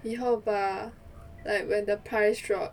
以后 bah like when the price drop